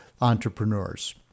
entrepreneurs